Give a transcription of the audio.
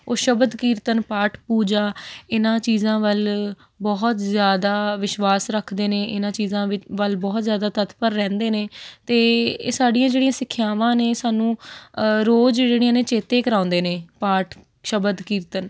ਉਹ ਸ਼ਬਦ ਕੀਰਤਨ ਪਾਠ ਪੂਜਾ ਇਹਨਾਂ ਚੀਜ਼ਾਂ ਵੱਲ ਬਹੁਤ ਜ਼ਿਆਦਾ ਵਿਸ਼ਵਾਸ ਰੱਖਦੇ ਨੇ ਇਹਨਾਂ ਚੀਜ਼ਾਂ ਵਿ ਵੱਲ ਬਹੁਤ ਜ਼ਿਆਦਾ ਤਤਪਰ ਰਹਿੰਦੇ ਨੇ ਅਤੇ ਸਾਡੀਆਂ ਜਿਹੜੀਆਂ ਸਿੱਖਿਆਵਾਂ ਨੇ ਸਾਨੂੰ ਰੋਜ਼ ਜਿਹੜੀਆਂ ਨੇ ਚੇਤੇ ਕਰਵਾਉਂਦੇ ਨੇ ਪਾਠ ਸ਼ਬਦ ਕੀਰਤਨ